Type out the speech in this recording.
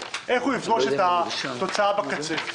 איך הוא יפגוש את התוצאה בקצה.